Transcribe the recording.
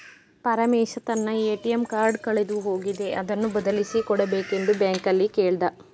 ಪರಮೇಶ ತನ್ನ ATM card ಕಳೆದು ಹೋಗಿದೆ ಅದನ್ನು ಬದಲಿಸಿ ಕೊಡಬೇಕೆಂದು ಬ್ಯಾಂಕಲ್ಲಿ ಕೇಳ್ದ